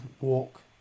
walk